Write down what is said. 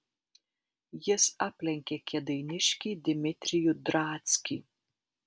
jis aplenkė kėdainiškį dimitrijų drackį